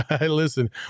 Listen